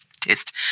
test